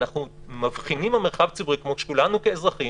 אנחנו מבחינים במרחב ציבורי כמו שכולנו כאזרחים